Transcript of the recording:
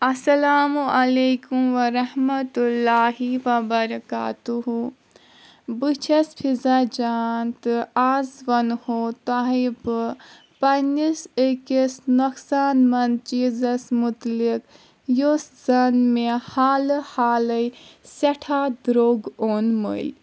السلام عليكم ورحمة الله وبركاته بہٕ چھس فضا جان تہٕ آز ونہو تۄہہِ بہٕ پنٕنِس أکِس نۄقصان منٛد چیٖزس مُتعلق یُس زن مےٚ حالہٕ حالٕے سٮ۪ٹھاہ درٛوگ اوٚن مٔلۍ